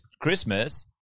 Christmas